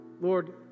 Lord